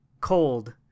cold